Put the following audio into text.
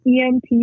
EMP